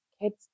kids